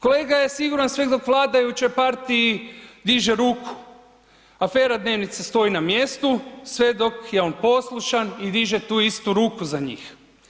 Kolega je siguran sve dok vladajućoj partiji diže ruku, afera dnevnice stoji na mjestu sve dok je on poslušan i diže tu istu ruku za njih.